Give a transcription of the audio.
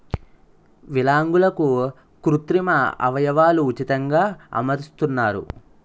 విలాంగులకు కృత్రిమ అవయవాలు ఉచితంగా అమరుస్తున్నారు